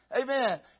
Amen